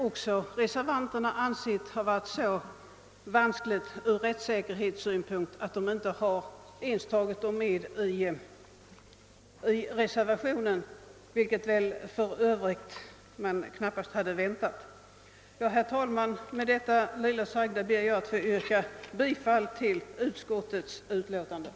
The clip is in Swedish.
Också reservanterna har ansett detta vara så pass vanskligt ur rättssäkerhetssynpunkt, att motionerna inte alls tagits med i reservationen, vilket väl för övrigt var väntat. Herr talman! Med det anförda ber jag att få yrka bifall till utskottets hemställan.